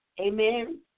Amen